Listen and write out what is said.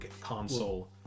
console